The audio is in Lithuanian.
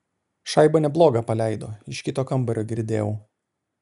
šaibą neblogą paleido iš kito kambario girdėjau